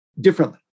differently